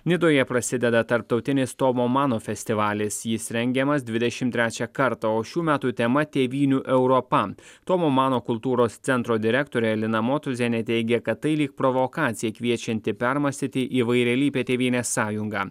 nidoje prasideda tarptautinis tomo mano festivalis jis rengiamas dvidešim trečią kartą o šių metų tema tėvynių europa tomo mano kultūros centro direktorė lina motuzienė teigė kad tai lyg provokacija kviečianti permąstyti įvairialypę tėvynės sąjungą